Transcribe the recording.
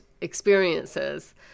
experiences